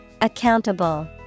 Accountable